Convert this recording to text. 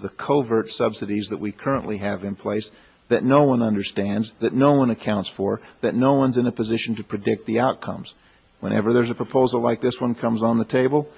to the covert subsidies that we currently have in place no one understands that no one accounts for that no one's in a position to predict the outcomes whenever there's a proposal like this one comes on the table